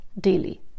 daily